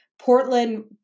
Portland